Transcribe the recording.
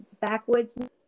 backwoods